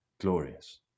glorious